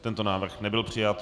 Tento návrh nebyl přijat.